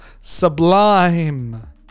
sublime